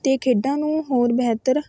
ਅਤੇ ਖੇਡਾਂ ਨੂੰ ਹੋਰ ਬਿਹਤਰ